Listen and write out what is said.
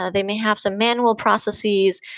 ah they may have some manual processes,